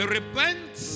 repent